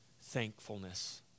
thankfulness